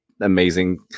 amazing